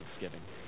thanksgiving